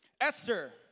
Esther